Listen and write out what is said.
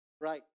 Right